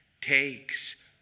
takes